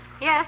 yes